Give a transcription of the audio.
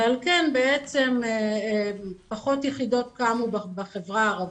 ועל כן פחות יחידות קמו בחברה הערבית.